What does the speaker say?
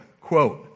Quote